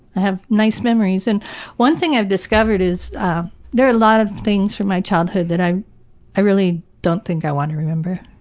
i have nice memories and one thing i've discovered is there are a lot of things from my childhood that i i really don't think i want to remember.